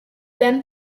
then